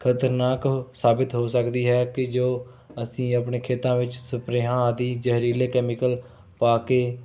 ਖ਼ਤਰਨਾਕ ਸਾਬਤ ਹੋ ਸਕਦੀ ਹੈ ਕਿ ਜੋ ਅਸੀਂ ਆਪਣੇ ਖੇਤਾਂ ਵਿੱਚ ਸਪਰੇਹਾਂ ਆਦਿ ਜ਼ਹਿਰੀਲੇ ਕੈਮੀਕਲ ਪਾ ਕੇ